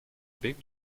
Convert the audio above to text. big